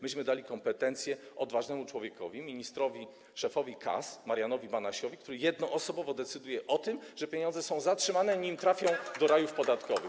Myśmy dali kompetencje odważnemu człowiekowi, ministrowi, szefowi KAS Marianowi Banasiowi, który jednoosobowo decyduje o tym, że pieniądze są zatrzymywane, nim trafią do rajów podatkowych.